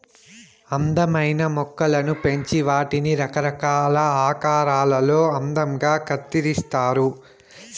అందమైన మొక్కలను పెంచి వాటిని రకరకాల ఆకారాలలో అందంగా కత్తిరిస్తారు